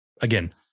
again